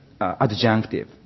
adjunctive